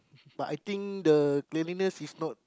but I think the cleanliness is not